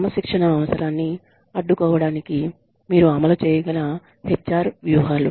క్రమశిక్షణ అవసరాన్ని అడ్డుకోవడానికి మీరు అమలు చేయగల HR వ్యూహాలు